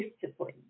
discipline